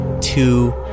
two